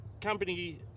company